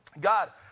God